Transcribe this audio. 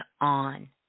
on